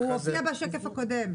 הוא הופיע בשקף הקודם.